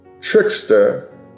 trickster